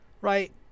Right